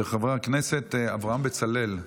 של חבר הכנסת אברהם בצלאל.